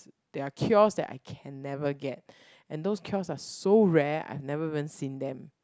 there are cures that I can never get and those cures are so rare I've never even seen them